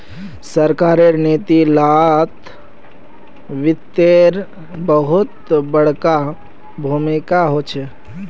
सरकारेर नीती लात वित्तेर बहुत बडका भूमीका होचे